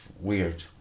weird